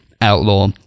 Outlaw